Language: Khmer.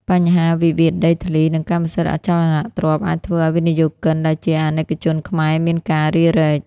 បញ្ហាវិវាទដីធ្លី និងកម្មសិទ្ធិអចលនទ្រព្យ អាចធ្វើឱ្យវិនិយោគិន ដែលជាអាណិកជនខ្មែរ មានការរារែក។